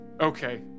Okay